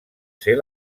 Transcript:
ser